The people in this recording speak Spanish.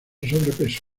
sobrepeso